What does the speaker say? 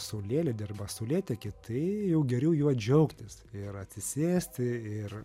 saulėlydį arba saulėtekį tai jau geriau juo džiaugtis ir atsisėsti ir